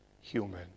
human